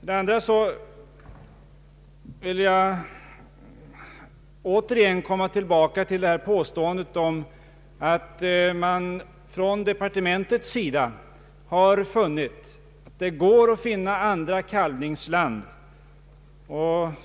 Sedan vill jag återigen komma tillbaka till påståendet om att man från departementets sida har funnit att det går att finna nya kalvningsland.